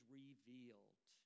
revealed